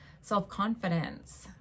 self-confidence